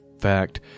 fact